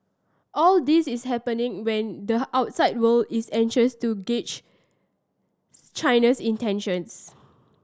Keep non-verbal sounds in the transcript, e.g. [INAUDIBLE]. all this is happening when the outside world is anxious to gauge [UNINTELLIGIBLE] China's intentions